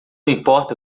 importa